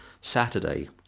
Saturday